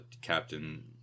Captain